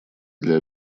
для